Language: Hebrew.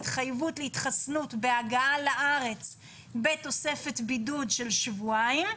התחייבות להתחסנות בהגעה לארץ בתוספת בידוד של שבועיים.